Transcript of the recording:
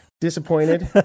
Disappointed